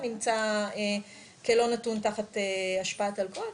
נמצא כלא נתון תחת השפעת אלכוהול,